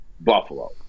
Buffalo